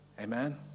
amen